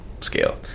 scale